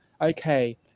okay